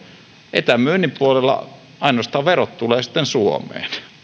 etämyynnin puolella ainoastaan verot tulevat sitten suomeen